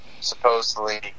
supposedly